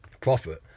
profit